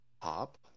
Pop